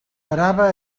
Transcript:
parava